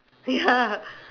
ya